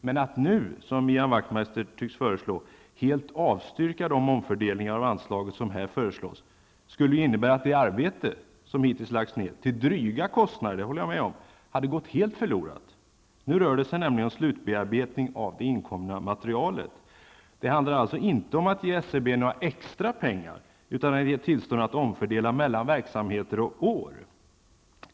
Men att nu, som Ian Wachtmeister tycks föreslå, helt avstyrka de omfördelningar av anslaget som här föreslås, skulle innebära att det arbete som hittills har lagts ned till dryga kostnader, det håller jag med om, har gått helt förlorat. Nu rör det sig nämligen om slutbearbetning av det inkomna materialet. Det handlar alltså inte om att ge SCB några extra pengar, utan om tillstånd att omfördela mellan verksamheter och år.